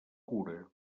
cura